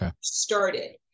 started